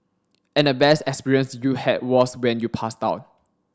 and the best experience you had was when you passed out